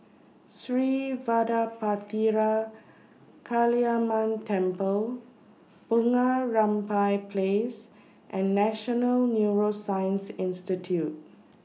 Sri Vadapathira Kaliamman Temple Bunga Rampai Place and National Neuroscience Institute